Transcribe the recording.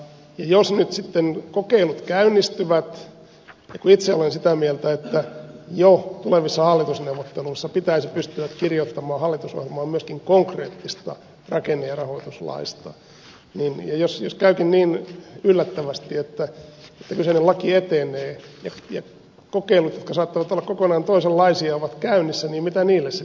jos nyt sitten kokeilut käynnistyvät itse olen sitä mieltä että jo tulevissa hallitusneuvotteluissa pitäisi pystyä kirjoittamaan hallitusohjelmaan myöskin konkreettista rakenne ja rahoituslaista ja jos käykin niin yllättävästi että kyseinen laki etenee ja kokeilut jotka saattavat olla kokonaan toisenlaisia ovat käynnissä niin mitä niille sitten tapahtuu